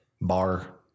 bar